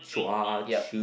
yup